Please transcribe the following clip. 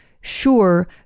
Sure